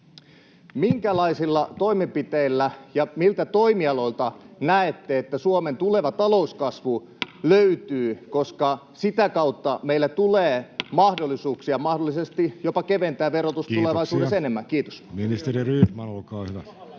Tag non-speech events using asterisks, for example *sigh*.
minkälaisilla toimenpiteillä ja miltä toimialoilta näette, että Suomen tuleva talouskasvu löytyy, *noise* koska sitä kautta meille tulee mahdollisuuksia mahdollisesti jopa keventää verotusta tulevaisuudessa enemmän. — Kiitos.